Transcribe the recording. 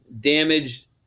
damage